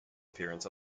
appearance